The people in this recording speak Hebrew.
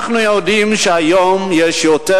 אנחנו יודעים שהיום יש יותר,